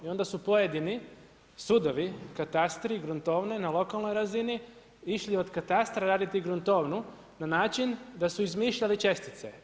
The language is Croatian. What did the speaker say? I onda su pojedini sudovi, katastri, gruntovni na lokalnoj razini išli od katastra raditi gruntovnu na način da su izmišljali čestice.